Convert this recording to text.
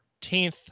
14th